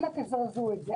אנא זרזו את זה,